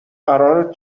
قرارت